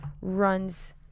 runs